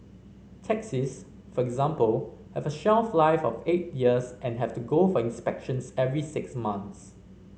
taxis for example have a shelf life of eight years and have to go for inspections every six months